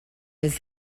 was